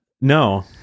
No